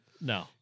No